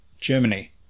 Germany